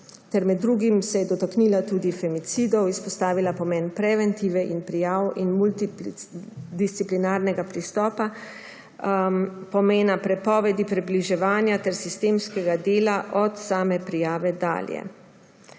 Med drugim se je dotaknila tudi femicidov, izpostavila pomen preventive in prijav ter multidisciplinarnega pristopa, pomena prepovedi približevanja ter sistemskega dela od same prijave dalje.